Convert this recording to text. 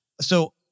So-